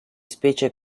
specie